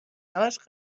همش